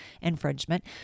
infringement